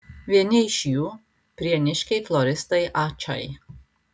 vieni iš jų prieniškiai floristai ačai